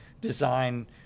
design